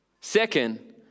Second